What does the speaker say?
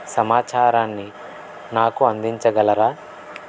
సమాచారాన్ని నాకు అందించగలరా